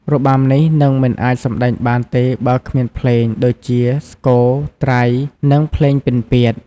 របាំនេះនឹងមិនអាចសម្តែងបានទេបើគ្មានភ្លេងដូចជា ស្គរ ត្រៃ និង ភ្លេងពិណពាទ្យ។